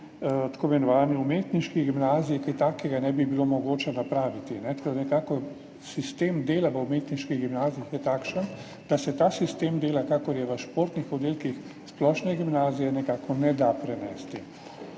tako imenovani umetniški gimnaziji kaj takega ne bi bilo mogoče napraviti. Sistem dela v umetniški gimnaziji je takšen, da se tega sistema dela, kakor je v športnih oddelkih splošne gimnazije, nekako ne da prenesti.